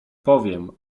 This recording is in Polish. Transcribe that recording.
powiem